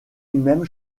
même